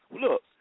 look